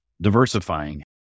diversifying